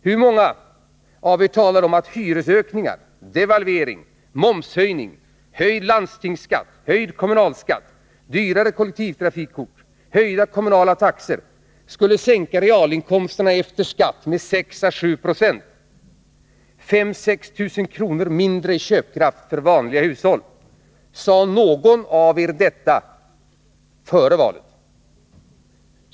Hur många av er talade om att hyresökningar, devalvering, momshöjning, höjd landstingsoch kommunalskatt, dyrare kollektivtrafikkort och höjda kommunala taxor skulle sänka realinkomsterna efter skatt med 6-7 Jo. Det innebär 5 000—6 000 kr. mindre i köpkraft för vanliga hushåll. Sade någon av er detta — före valet?